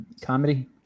comedy